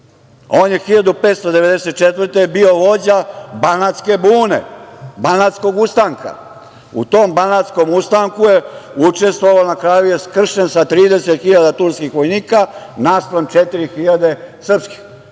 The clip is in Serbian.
On je 1594. godine bio vođa Banatske bune, Banatskog ustanka. U tom banatskom ustanku je učestvovao, na kraju je skršen sa 30.000 turskih vojnika, naspram 4.000 srpskih,